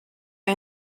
que